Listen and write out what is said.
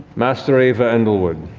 master ava endlewood.